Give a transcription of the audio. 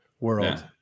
world